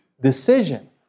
decision